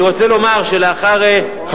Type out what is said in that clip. אני רוצה לומר שלאחר דיונים,